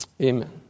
Amen